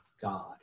God